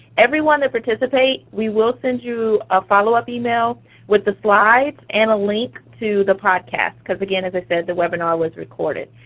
everyone that participates, we will send you a follow-up email with the slides and a link to the podcast. because again, as i said, the webinar was recorded.